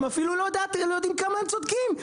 הם אפילו לא יודעים כמה הם צודקים.